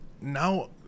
now